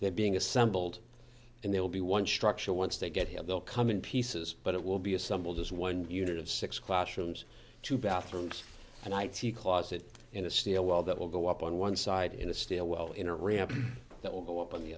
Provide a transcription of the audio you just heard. they're being assembled and they will be one structure once they get here they'll come in pieces but it will be assembled as one unit of six classrooms two bathrooms an i t closet in a stairwell that will go up on one side in a stairwell in a ramp that will go up on the